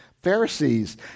Pharisees